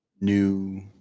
new